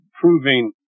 proving